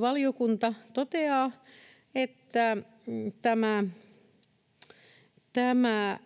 valiokunta toteaa, että tämä